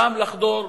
גם לחדור,